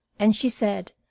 and she said,